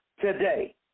today